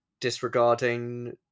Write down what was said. disregarding